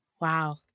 wow